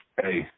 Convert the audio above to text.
hey